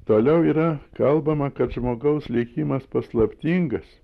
toliau yra kalbama kad žmogaus likimas paslaptingas